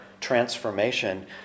transformation